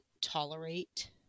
tolerate